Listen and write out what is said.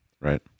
Right